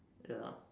ya